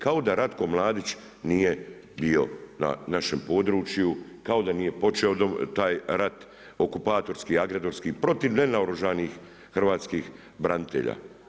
Kao da Ratko Mladić nije bio na našem području, kao da nije počeo taj rat, okupatorski, agresorski, protiv nenaoružanih hrvatskih branitelja.